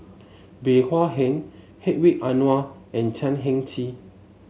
Bey Hua Heng Hedwig Anuar and Chan Heng Chee